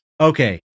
okay